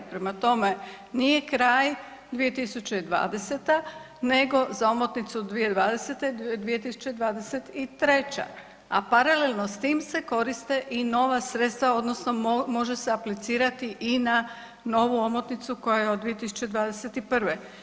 Prema tome, nije kraj 2020. nego za omotnicu 2020. 2023., a paralelno se s tim koriste i nova sredstva odnosno može se aplicirati i na novu omotnicu koja je od 2021.